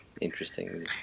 interesting